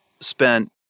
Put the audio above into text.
spent